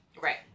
Right